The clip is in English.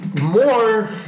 more